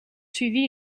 suivi